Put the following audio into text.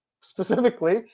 specifically